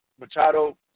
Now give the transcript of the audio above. Machado